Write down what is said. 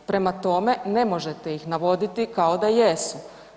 Prema tome, ne možete ih navoditi da jesu.